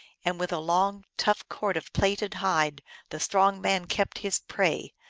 and with a long, tough cord of plaited hide the strong man kept his prey,